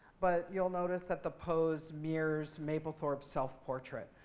but you'll notice that the pose mirrors mapplethorpe's self-portrait.